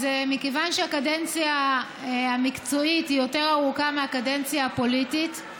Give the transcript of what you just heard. אז מכיוון שהקדנציה המקצועית היא יותר ארוכה מהקדנציה הפוליטית,